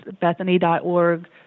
bethany.org